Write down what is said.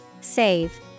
Save